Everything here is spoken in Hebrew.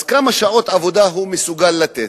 כמה שעות עבודה הוא מסוגל לתת.